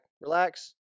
relax